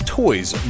toys